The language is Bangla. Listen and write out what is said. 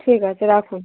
ঠিক আছে রাখুন